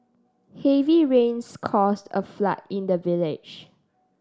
heavy rains caused a flood in the village